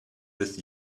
with